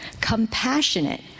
compassionate